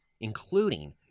including